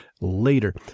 later